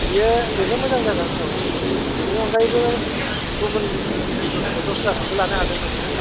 बियो बेबो मोजां जागोन औ बेनि अनगायैबो गुबुन रोखोमनि दस्राखौबो लानो हागोन नोङो